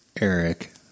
Eric